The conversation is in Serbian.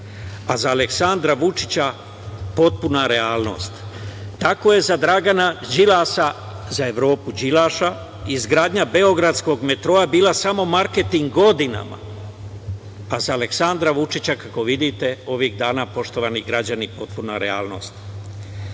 a za Aleksandra Vučića potpuna realnost. Tako je za Dragana Đilasa, za Evropu Đilaša, izgradnja beogradskog metroa bila samo marketing godinama, a za Aleksandra Vučića, kako vidite ovih dana, poštovani građani, potpuna realnost. Tako